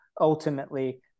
ultimately